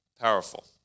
Powerful